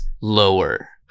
lower